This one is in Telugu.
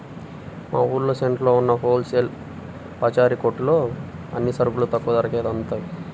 మా ఊరు సెంటర్లో ఉన్న హోల్ సేల్ పచారీ కొట్టులో అన్ని సరుకులు తక్కువ ధరకే దొరుకుతయ్